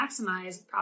maximize